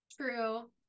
true